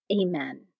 Amen